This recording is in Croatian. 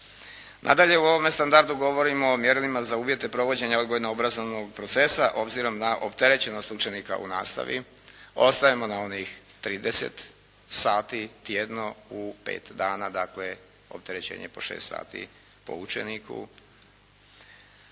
Nadalje u ovome standardu govorimo o mjerilima za uvjete provođenja odgojno obrazovnog procesa obzirom na opterećenost učenika u nastavi, ostajemo na onih 30 sati tjedno u pet dana, dakle opterećenje po 6 sati po uče